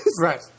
right